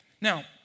Now